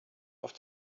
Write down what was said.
auf